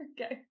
Okay